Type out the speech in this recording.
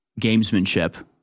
gamesmanship